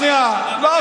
שאל את חברי הסיעה שלך,